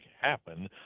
happen